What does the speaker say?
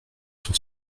sur